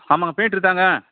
ஆமாம்ங்க பெயிண்ட்ரு தான்ங்க